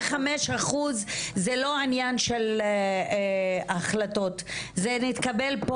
25% זה לא עניין של החלטות, זה התקבל פה.